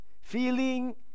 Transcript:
Feeling